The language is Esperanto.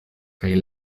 kaj